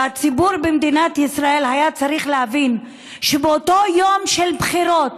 והציבור במדינת ישראל היה צריך להבין שבאותו היום של בחירות,